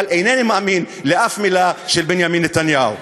אבל אינני מאמין לאף מילה של בנימין נתניהו.